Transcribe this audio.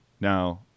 Now